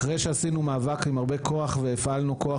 אחרי שעשינו מאבק עם הרבה כוח והפעלנו כוח